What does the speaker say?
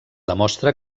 demostra